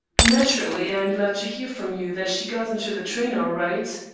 naturally i am glad to hear from you that she got into the train all right.